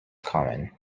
common